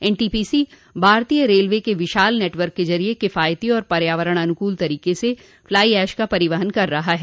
NTPC भारतीय railway के विशाल नेटवर्क के जरिए किफायती और पर्यावरण अनुकूल तरीके से फ्लाई एश का परिवहन कर रहा है